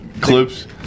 clips